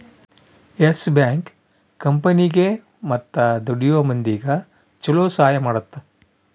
S Bank ಕಂಪನಿಗೇ ಮತ್ತ ದುಡಿಯೋ ಮಂದಿಗ ಚೊಲೊ ಸಹಾಯ ಮಾಡುತ್ತ